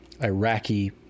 Iraqi